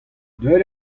deuet